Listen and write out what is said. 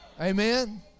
Amen